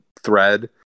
thread